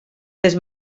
les